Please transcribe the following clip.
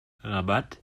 rabat